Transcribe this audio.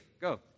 Go